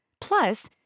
Plus